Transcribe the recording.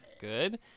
Good